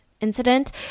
incident